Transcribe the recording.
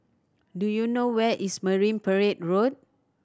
do you know where is Marine Parade Road